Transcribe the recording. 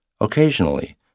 Occasionally